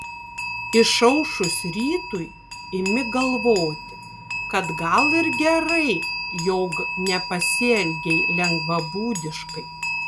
išaušus rytui imi galvoti kad gal ir gerai jog nepasielgei lengvabūdiškai